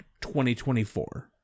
2024